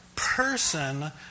Person